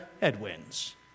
headwinds